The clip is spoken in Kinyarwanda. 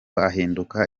ahinduka